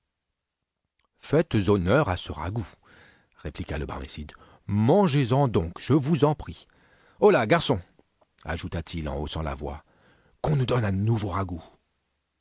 faites honneur à ce ragoût répliqua le barmécide mangez en donc je vous en prie holà garçon ajouta-t-il en haussant la voix qu'on nous donne un nouveau ragoût